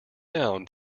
down